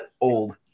old